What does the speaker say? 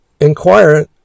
Inquire